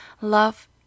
love